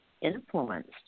influenced